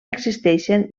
existeixen